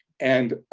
and,